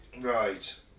Right